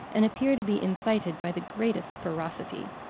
and appear to be incited by the greatest ferocity.